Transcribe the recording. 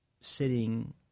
sitting